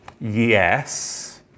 yes